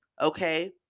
Okay